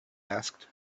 asked